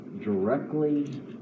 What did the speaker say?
directly